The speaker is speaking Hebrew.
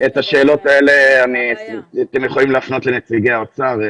השאלות האלה אתם יכולים להפנות לנציגי האוצר.